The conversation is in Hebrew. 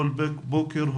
כל בוקר,